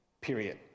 period